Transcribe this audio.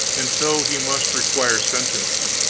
and so he must require sentence.